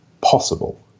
possible